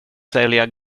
sälja